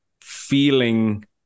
feeling